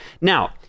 Now